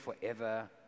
forever